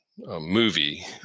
movie